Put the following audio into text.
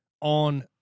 on